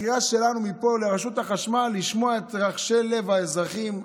הקריאה שלנו מפה לרשות החשמל היא לשמוע את רחשי לב האזרחים,